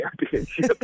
championship